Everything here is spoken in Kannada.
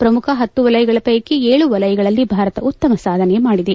ಪ್ರಮುಖ ಹತ್ತು ವಲಯಗಳ ಷ್ಟೆಕಿ ಏಳು ವಲಯಗಳಲ್ಲಿ ಭಾರತ ಉತ್ತಮ ಸಾಧನೆ ಮಾಡಿದೆ